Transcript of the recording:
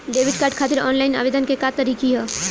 Debit card खातिर online आवेदन के का तरीकि ह?